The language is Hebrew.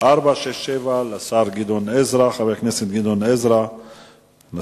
אורלב שאל את שר התחבורה והבטיחות בדרכים ביום א' בכסלו